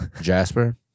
Jasper